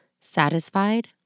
satisfied